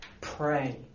Pray